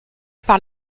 par